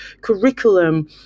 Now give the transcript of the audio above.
curriculum